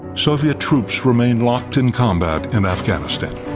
soviet troops remain locked in combat in afghanistan.